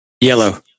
yellow